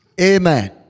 Amen